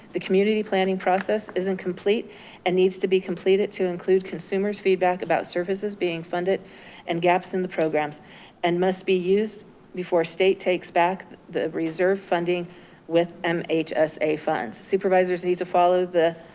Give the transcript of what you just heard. the community planning process is incomplete and needs to be completed to include consumers feedback about services being funded and gaps in the programs and must be used before state takes back the reserve funding with mhsa funds. supervisors need to follow the